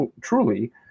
truly